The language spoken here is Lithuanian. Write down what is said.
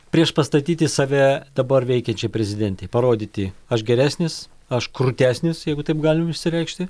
priešpastatyti save dabar veikiančiai prezidentei parodyti aš geresnis aš krūtesnis jeigu taip galima išsireikšti